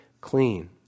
clean